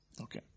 Okay